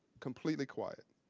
completely quiet.